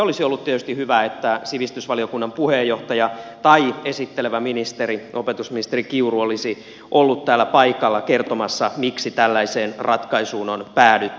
olisi ollut tietysti hyvä että sivistysvaliokunnan puheenjohtaja olisi kertonut tai esittelevä ministeri opetusministeri kiuru olisi ollut täällä paikalla kertomassa miksi tällaiseen ratkaisuun on päädytty